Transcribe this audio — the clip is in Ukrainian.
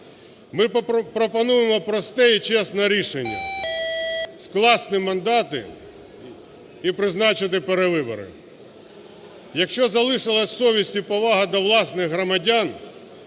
Ми пропонуємо просте і чесне рішення – скласти мандати і призначити перевибори. Якщо залишилась совість і повага до власних громадян,